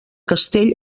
castell